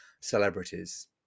celebrities